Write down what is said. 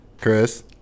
Chris